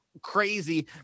Crazy